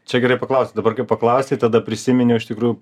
čia gerai paklausei dabar kai paklausei tada prisiminiau iš tikrųjų